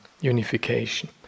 unification